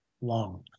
long